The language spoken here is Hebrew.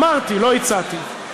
אמרתי, לא הצעתי.